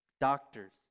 doctors